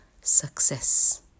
success